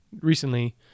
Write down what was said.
recently